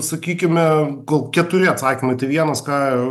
sakykime kol keturi atsakymai vienas ką